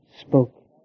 spoke